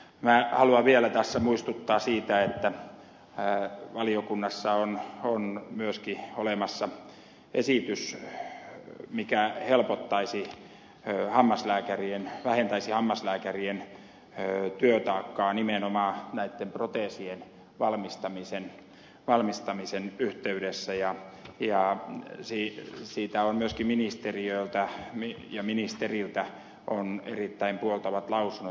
minä haluan vielä tässä muistuttaa siitä että valiokunnassa on myöskin olemassa esiin jos mikään ei helpottaisi esitys mikä vähentäisi hammaslääkärien työtaakkaa nimenomaan näitten proteesien valmistamisen yhteydessä ja siitä on myöskin ministeriöltä ja ministeriltä erittäin puoltavat lausunnot